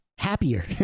happier